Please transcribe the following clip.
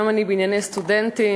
היום אני בענייני סטודנטים.